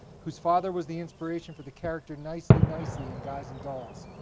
whose father was the inspiration for the character nicely-nicely in guys and dolls.